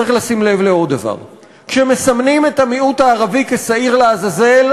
צריך לשים לב לעוד דבר: כשמסמנים את המיעוט הערבי כשעיר לעזאזל,